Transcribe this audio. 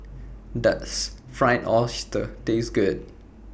Does Fried Oyster Taste Good